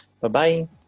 Bye-bye